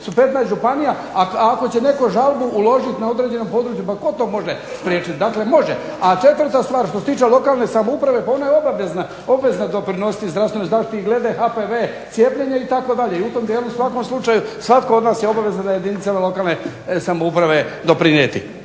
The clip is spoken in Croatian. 15 županija ako će netko žalbu uložiti na određeno područje, tko će to spriječiti, dakle može. A četvrta stvar, što se tiče lokalne samouprave, ona je obvezna doprinositi zdravstvenoj zaštiti, i glede HPV cijepljenja, u svakom slučaju svatko od nas je obavezan da jedinicama lokalne samouprave doprinijeti.